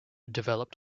developed